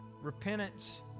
repentance